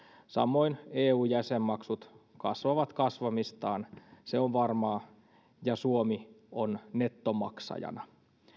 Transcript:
samoin eu jäsenmaksut kasvavat kasvamistaan se on varmaa ja suomi on nettomaksajana